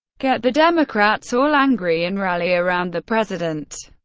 get the democrats all angry, and rally around the president.